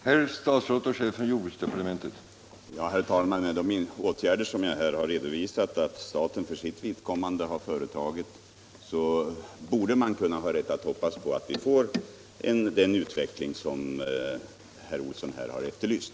Herr talman! Med de åtgärder som jag redovisat att staten för sitt vidkommande vidtagit borde man kunna ha rätt att hoppas att vi får den utveckling som herr Olsson i Edane här har efterlyst.